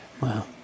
Wow